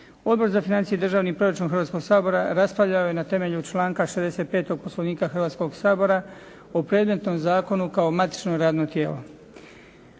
Odbor za financije i državni proračun Hrvatskoga sabora raspravljao je na temelju članka 65. Poslovnika Hrvatskoga sabora o predmetnom zakonu kao matično radno tijelo.